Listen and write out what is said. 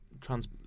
Trans